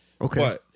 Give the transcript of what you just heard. Okay